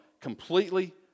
completely